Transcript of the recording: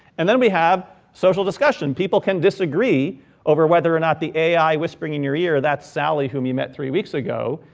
and then we have social discussion. people can disagree over whether or not the ai whispering in your ear or that sally, whom you met three weeks ago,